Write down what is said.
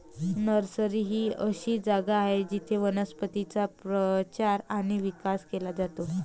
nursery ही अशी जागा आहे जिथे वनस्पतींचा प्रचार आणि विकास केला जातो